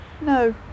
No